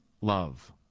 love